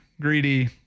greedy